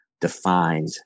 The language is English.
defined